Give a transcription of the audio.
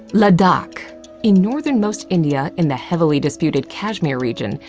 ladakh in northernmost india, in the heavily disputed kashmir region,